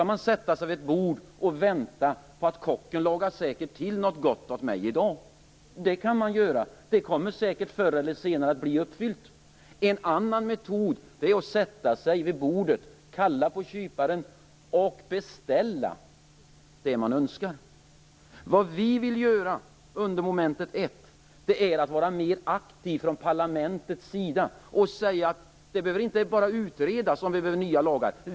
Jag kan sätta mig vid ett bord och vänta på att kocken säkert skall laga till något gott åt mig, och det kommer säkert förr eller senare att ske. En annan metod är att sätta sig vid bordet, kalla på kyparen och beställa det som man önskar. Vad vi vill göra under mom. 1 är att parlamentet skall vara mer aktivt och säga: Behovet av nya lagar behöver inte bara utredas.